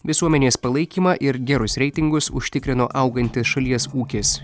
visuomenės palaikymą ir gerus reitingus užtikrino augantis šalies ūkis